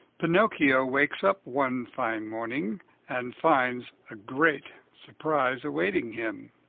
pinocchio wakes up one fine morning and finds a great surprise awaiting him.